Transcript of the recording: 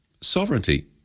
Sovereignty